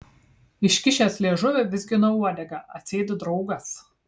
iškišęs liežuvį vizgino uodegą atseit draugas